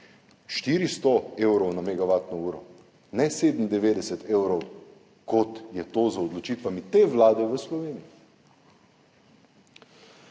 400 evrov za megavatno uro in ne 97 evrov, kot je to z odločitvami te vlade v Sloveniji.